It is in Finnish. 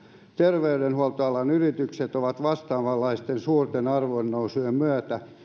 terveydenhuoltoalan yritykset ovat vastaavanlaisten suurten arvonnousujen myötä